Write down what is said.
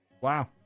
Wow